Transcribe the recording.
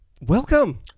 Welcome